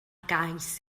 gais